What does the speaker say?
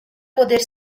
poder